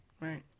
Right